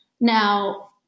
Now